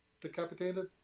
decapitated